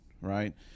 right